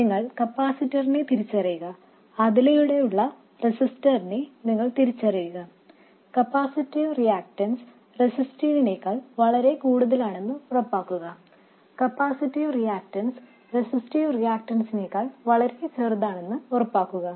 നിങ്ങൾ കപ്പാസിറ്ററിനെ തിരിച്ചറിക അതിന് കുറുകെയുള്ള റെസിസ്റ്ററിനെ നിങ്ങൾ തിരിച്ചറിയുക കപ്പാസിറ്റീവ് റിയാക്ടൻസ് റെസിസ്റ്റീവിനേക്കാൾ വളരെ കൂടുതലാണെന്ന് ഉറപ്പ് വരുത്തുക കപ്പാസിറ്റീവ് റിയാക്ടൻസ് റെസിസ്റ്റീവ് റിയാക്ടൻസിനേക്കാൾ വളരെ ചെറുതാണ് എന്ന് ഉറപ്പ് വരുത്തുക